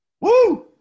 Woo